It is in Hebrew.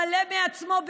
מלא בעצמו,